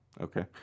Okay